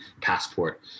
passport